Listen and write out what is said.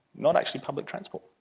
not actually public transport.